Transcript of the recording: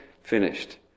finished